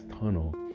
tunnel